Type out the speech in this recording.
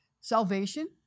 Salvation